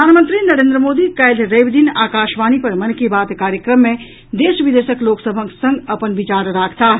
प्रधानमंत्री नरेन्द्र मोदी काल्हि रवि दिन आकाशवाणी पर मन की बात कार्यक्रम मे देश विदेशक लोक सभक संग अपन विचार राखताह